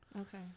Okay